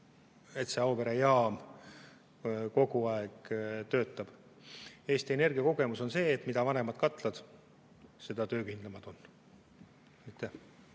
et see Auvere jaam kogu aeg töötab. Eesti Energia kogemus on see, et mida vanemad on katlad, seda töökindlamad nad